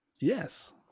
Yes